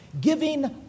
giving